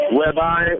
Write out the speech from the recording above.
whereby